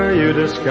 you yeah